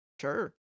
sure